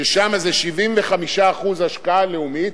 ששם זה 75% השקעה לאומית,